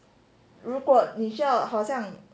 如果你需要好像